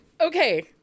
Okay